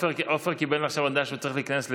עופר קיבל עכשיו הודעה שהוא צריך להיכנס לבידוד.